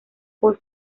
por